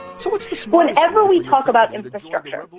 so whenever we talk about infrastructure,